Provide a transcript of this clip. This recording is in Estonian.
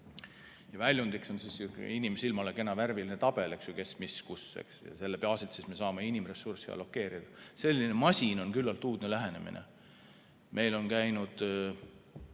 Väljundiks on inimsilmale kena värviline tabel, kes, mis ja kus. Selle baasil siis me saame inimressurssi allokeerida. Selline masin on küllaltki uudne lähenemine. Meil on käinud